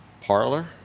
Parlor